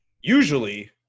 usually